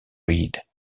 reed